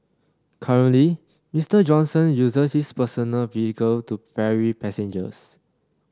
currently Mister Johnson uses his personal vehicle to ferry passengers